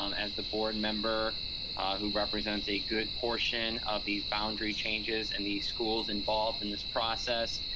um as the board member who represents a good portion of these boundary changes and these schools involved in this process,